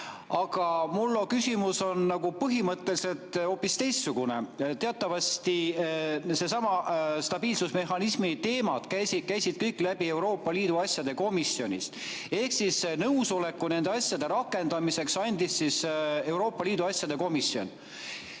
Aga mul on küsimus põhimõtteliselt hoopis teistsugune. Teatavasti needsamad stabiilsusmehhanismi teemad käisid kõik läbi Euroopa Liidu asjade komisjonist ehk siis nõusoleku nende asjade rakendamiseks andis Euroopa Liidu asjade komisjon,